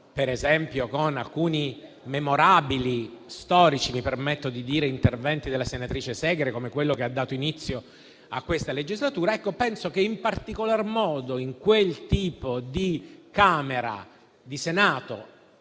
per esempio, con alcuni memorabili - storici, mi permetto di dire - interventi della senatrice Segre, come quello che ha dato inizio a questa legislatura) sia importante. Penso che, in particolar modo in quel tipo di Senato